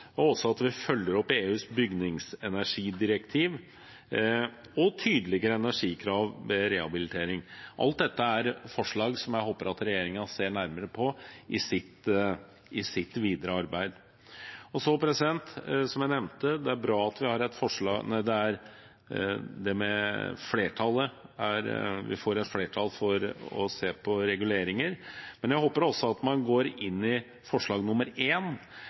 at vi følger opp EUs bygningsenergidirektiv og tydeligere energikrav ved rehabilitering, er alt sammen forslag som jeg håper at regjeringen kan se nærmere på i sitt videre arbeid. Som jeg nevnte, er det bra at vi får flertall for å se på reguleringer. Men jeg håper også at man går inn i forslag